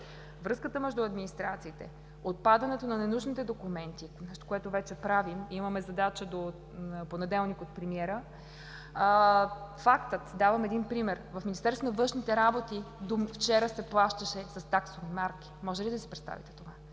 Връзката между администрациите и отпадането на ненужните документи вече го правим – имаме задача до понеделник от премиера. Давам един пример – в Министерството на Външните работи до вчера се плащаше с таксови марки. Може ли да си представите това?